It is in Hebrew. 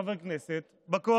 חבר הכנסת מנסור